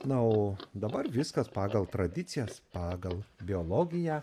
na o dabar viskas pagal tradicijas pagal biologiją